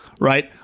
right